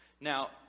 now